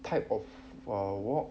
type of a wok